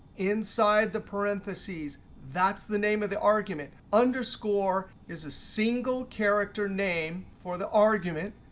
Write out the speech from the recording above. inside the parentheses, that's the name of the argument. underscore is a single character name for the argument.